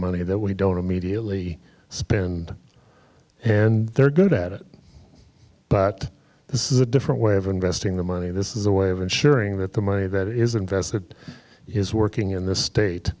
money that we don't immediately spend and they're good at it but this is a different way of investing the money this is a way of ensuring that the money that is invested his working in th